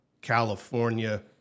California